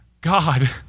God